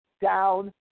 down